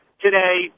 today